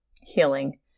healing